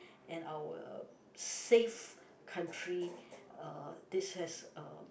and our safe country uh this has uh